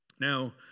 Now